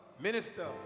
Minister